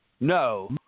No